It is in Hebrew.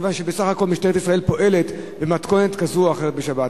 מכיוון שבסך הכול משטרת ישראל פועלת במתכונת כזו או אחרת בשבת.